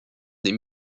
des